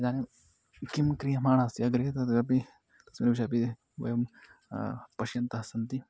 इदानीं किं क्रियमाणम् अस्य गृहे तदपि अस्मिन् विषये अपि वयं पश्यन्तः स्मः